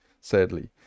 sadly